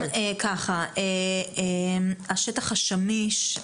השטח השמיש,